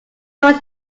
was